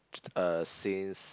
uh since